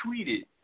tweeted